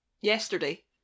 yesterday